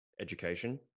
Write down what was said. education